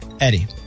Eddie